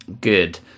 Good